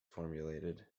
formulated